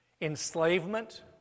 enslavement